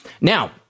now